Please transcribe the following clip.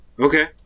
okay